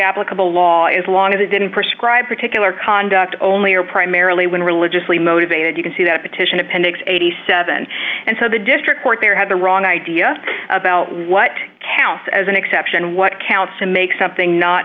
applicable law is long as it didn't prescribe particular conduct only or primarily when religiously motivated you can see that petition appendix eighty seven dollars and so the district court there had the wrong idea about what counts as an exception what counts to make something not